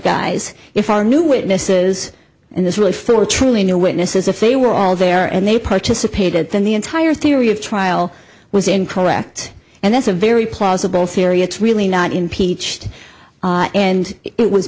guys if our new witnesses in this really for truly no witnesses if they were all there and they participated then the entire theory of trial was incorrect and that's a very plausible theory it's really not impeached and it was